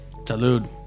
Salud